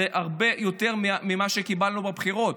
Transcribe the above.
זה הרבה יותר ממה שקיבלנו בבחירות,